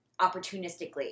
opportunistically